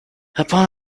upon